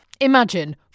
Imagine